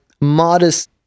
modest